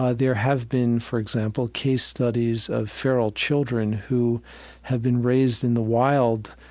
ah there have been, for example, case studies of feral children who have been raised in the wild